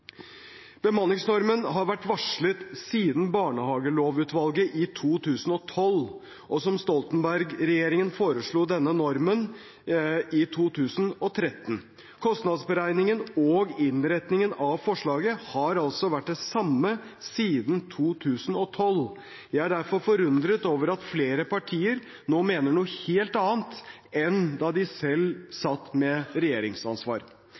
Bemanningsnormen har vært varslet siden barnehagelovutvalget i 2012, og Stoltenberg-regjeringen foreslo denne normen i 2013. Kostnadsberegningen og innretningen av forslaget har altså vært det samme siden 2012. Jeg er derfor forundret over at flere partier nå mener noe helt annet enn da de selv satt med regjeringsansvar.